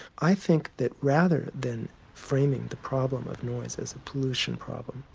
i think that rather than framing the problem of noise as a pollution problem,